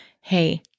hey